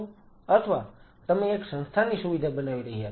અથવા તમે એક સંસ્થાની સુવિધા બનાવી રહ્યા છો